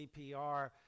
CPR